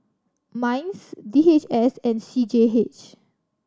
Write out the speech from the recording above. MINDS D H S and C G H